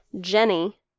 Jenny